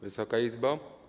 Wysoka Izbo!